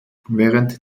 während